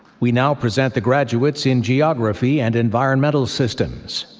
we now present the graduates in geography and environmental systems.